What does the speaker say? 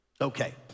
Okay